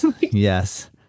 Yes